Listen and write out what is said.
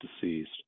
deceased